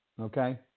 Okay